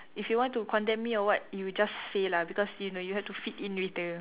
if you want to condemn me or what you just say lah because you know you have to fit in with the